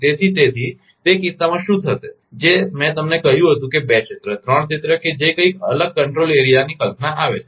તેથી તેથી તે કિસ્સામાં શું થશે જે મેં તમને કહ્યું હતું કે 2 ક્ષેત્ર ત્રણ ક્ષેત્ર જે કંઇક કંટ્રોલ એરિયાની કલ્પના આવે છે